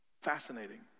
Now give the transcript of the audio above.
Fascinating